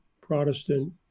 Protestant